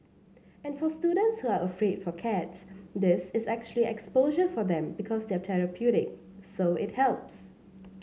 and for students who are afraid for cats this is actually exposure for them because they're therapeutic so it helps